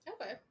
okay